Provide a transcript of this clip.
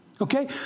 okay